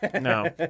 No